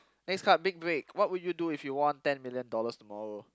next card big break what will you do if you won ten million dollars tomorrow